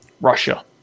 Russia